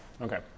okay